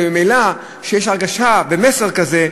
וממילא כשיש הרגשה, מסר כזה,